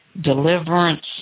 deliverance